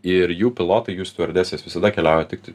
ir jų pilotai jų stiuardesės visada keliauja tiktai